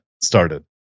started